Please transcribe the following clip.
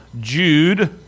Jude